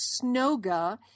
snoga